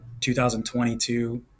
2022